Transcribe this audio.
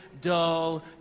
dull